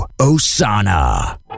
Osana